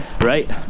Right